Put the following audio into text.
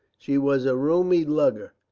she was a roomy lugger,